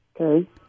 Okay